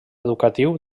educatiu